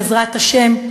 בעזרת השם,